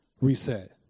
reset